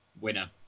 winner